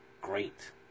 great